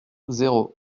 zéro